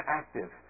active